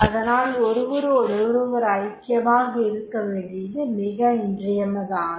அதனால் ஒருவரோடொருவர் ஐக்கியமாக இருக்கவேண்டியது மிக இன்றியமையாததாகிறது